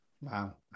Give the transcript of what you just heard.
Wow